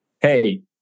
Hey